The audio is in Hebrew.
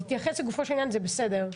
תתייחס לגופו של עניין, זה בסדר.